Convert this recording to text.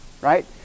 Right